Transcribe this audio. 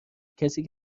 کسی